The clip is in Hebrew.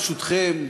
ברשותכם,